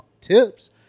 tips